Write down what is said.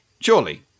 surely